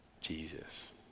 Jesus